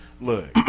look